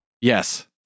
Yes